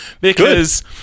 because-